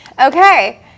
Okay